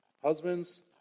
Husbands